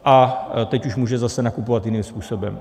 A teď už může zase nakupovat jiným způsobem.